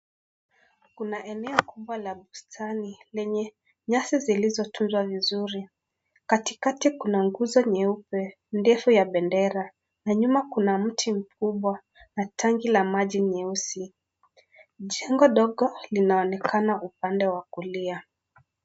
Kuna eneo kubwa la bustani lenye nyasi zilizotula vizuri. Katikati kuna guzo nyeupe ndefu ya bendera na nyuma kuna mti mkubwa na tanki kubwa jeusi. Jengo ndogo linaonekana upande wa kulia.